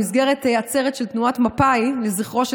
במסגרת עצרת של תנועת מפא"י לזכרו של